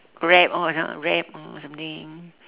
rap or some~ rap or something